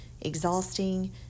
exhausting